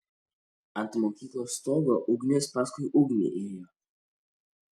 ant mokyklos stogo ugnis paskui ugnį ėjo